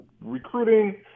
recruiting